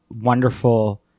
wonderful